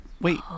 wait